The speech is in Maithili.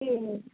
जी हँ